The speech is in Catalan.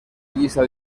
llista